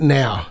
now